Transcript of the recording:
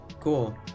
Cool